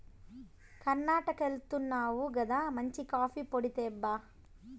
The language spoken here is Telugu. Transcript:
కర్ణాటకెళ్తున్నావు గదా మంచి కాఫీ పొడి తేబ్బా